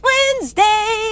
Wednesday